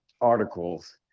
articles